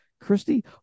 Christy